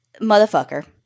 motherfucker